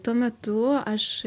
tuo metu aš